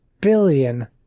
billion